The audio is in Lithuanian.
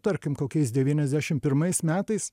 tarkim kokiais devyniasdešim pirmais metais